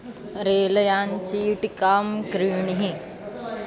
rail यानचीटकां क्रीणिः